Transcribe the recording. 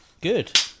Good